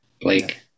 Blake